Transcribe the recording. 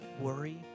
worry